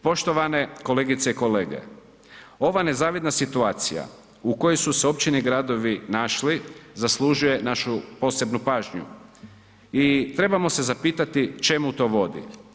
Poštovane kolegice i kolege, ova nezavidna situacija u kojoj su se općine i gradovi našli zaslužuje našu posebnu pažnju i trebamo se zapitati čemu to vodi.